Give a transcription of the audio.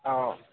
অঁ